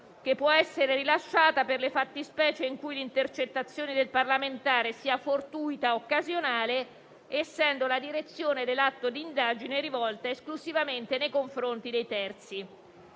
che può essere rilasciata per le fattispecie in cui l'intercettazione del parlamentare sia fortuita o occasionale, essendo la direzione dell'atto di indagine rivolta esclusivamente nei confronti dei terzi.